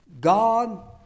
God